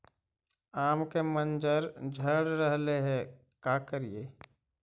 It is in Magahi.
आम के मंजर झड़ रहले हे का करियै?